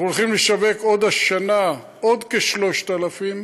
אנחנו הולכים לשווק עוד השנה עוד כ-3,000,